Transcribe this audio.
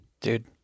Dude